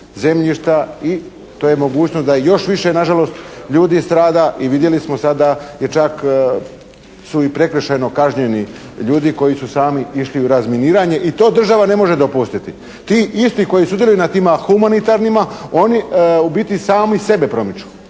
i to je mogućnost da još više nažalost ljudi strada i vidjeli smo sada je čak su i prekršajno kažnjeni ljudi koji su sami išli u razminiranje i to država ne može dopustiti. Ti isti koji su … /Govornik se ne razumije./ … na njima humanitarnima oni u biti sami sebe promiču.